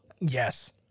Yes